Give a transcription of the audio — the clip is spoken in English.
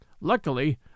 Luckily